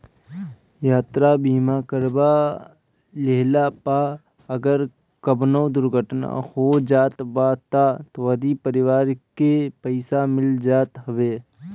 यात्रा बीमा करवा लेहला पअ अगर कवनो दुर्घटना हो जात बा तअ तोहरी परिवार के पईसा मिल जात हवे